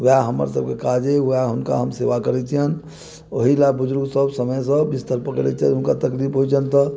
वएह हमर सबके काज अइ वएह हुनका हम सेवा करै छियनि ओही लए बुजुर्ग सब समयसँ बिस्तर पकड़ै छथि हुनका तकलीफ होइ छनि तऽ